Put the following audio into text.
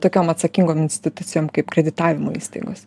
tokiom atsakingom institucijom kaip kreditavimo įstaigos